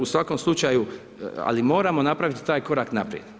U svakom slučaju, ali moramo napraviti taj korak naprijed.